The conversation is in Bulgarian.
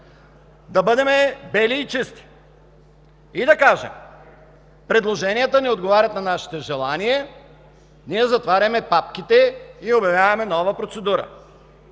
Да бъдем бели и чисти и да кажем: „предложенията не отговарят на нашите желания, ние затваряме папките и обявяваме нова процедура“.